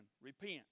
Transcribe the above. repent